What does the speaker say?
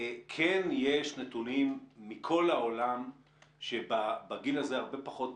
כן יש נתונים מכל העולם שבגיל הזה הרבה פחות